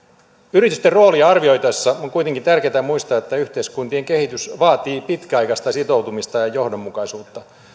yritysten roolia arvioitaessa on kuitenkin tärkeätä muistaa että yhteiskuntien kehitys vaatii pitkäaikaista sitoutumista ja johdonmukaisuutta